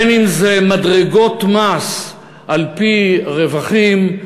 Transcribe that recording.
בין שזה מדרגות מס על-פי רווחים,